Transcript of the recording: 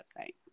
website